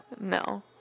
No